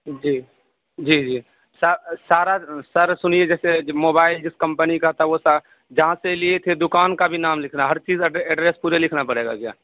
جی جی جی سا سارا سر سنیے جیسے موبائل جس کمپنی کا تھا وہ سا جہاں سے لیے تھے دکان کا بھی نام لکھنا ہے ہر چیز ایڈ ایڈریس پورے لکھنا پڑے گا کیا